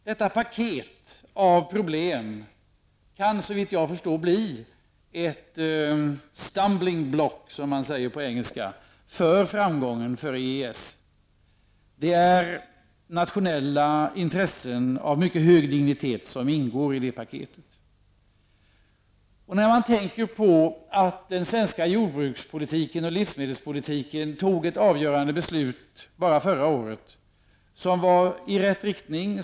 Detta paket av problem kan bli ett s.k. stumbling block för framgången för EES. Det är nationella intressen av hög dignitet som ingår i det paketet. Den svenska jordbruks och livsmedelspolitiken tog förra året ett avgörande beslut i rätt riktning.